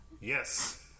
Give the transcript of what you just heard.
yes